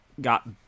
got